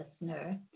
listener